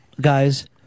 guys